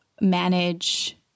manage